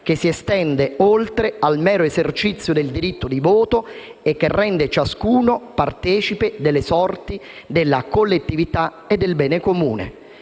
che si estende oltre il mero esercizio del diritto di voto e che rende ciascuno partecipe delle sorti della collettività e del bene comune.